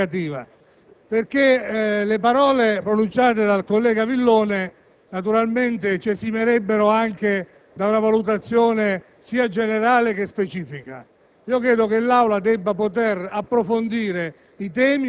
una questione estremamente importante e significativa. Anche se le parole pronunciate dal collega Villone ci esimerebbero da una valutazione sia generale che specifica,